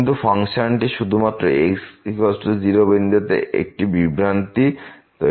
কিন্তু ফাংশনটি শুধুমাত্র x0 বিন্দুতে একটি বিভ্রান্তি তৈরি করবে